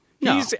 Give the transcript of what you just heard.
No